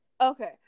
Okay